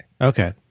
Okay